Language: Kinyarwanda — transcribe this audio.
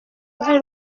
uruhare